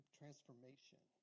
transformation